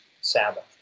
Sabbath